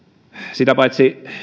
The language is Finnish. sitä paitsi